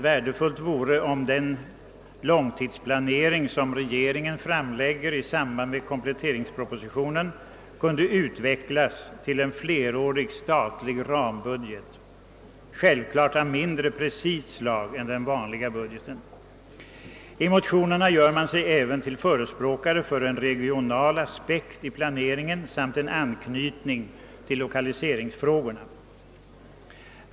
Värdefullt vore om den långtidsbudget, som regeringen framlägger i samband med kompletteringspropositionen, kunde utvecklas till en flerårig statlig rambudget, självklart av mindre precist slag än den vanliga budgeten. I motionerna gör man sig även till förespråkare för en regional aspekt i planeringen samt en anknytning till lokaliseringsfrågorna.